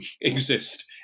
exist